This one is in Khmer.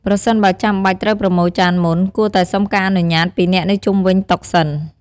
ប្រសិនបើចាំបាច់ត្រូវប្រមូលចានមុន គួរតែសុំការអនុញ្ញាតពីអ្នកនៅជុំវិញតុសិន ។